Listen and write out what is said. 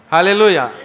Hallelujah